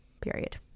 period